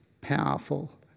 powerful